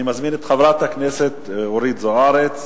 אני מזמין את חברת הכנסת אורית זוארץ.